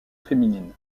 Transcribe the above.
féminine